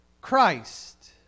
Christ